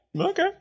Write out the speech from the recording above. okay